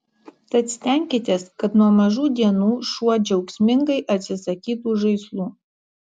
tad stenkitės kad nuo mažų dienų šuo džiaugsmingai atsisakytų žaislų